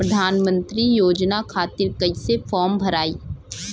प्रधानमंत्री योजना खातिर कैसे फार्म भराई?